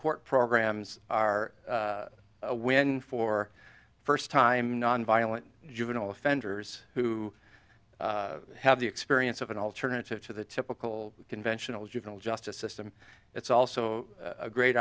court programs are when for first time nonviolent juvenile offenders who have the experience of an alternative to the typical conventional juvenile justice system it's also a great